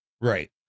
Right